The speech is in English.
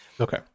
Okay